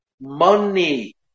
Money